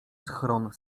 schron